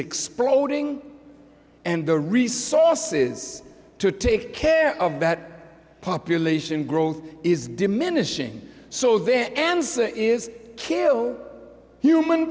exploding and the resources to take care of bad population growth is diminishing so then answer is kill human